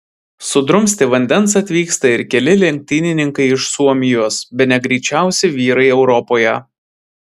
sudrumsti vandens atvyksta ir keli lenktynininkai iš suomijos bene greičiausi vyrai europoje